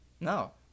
No